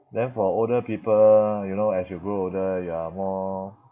then for older people you know as you grow older you are more